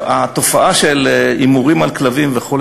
2. התופעה של הימורים על כלבים וכו',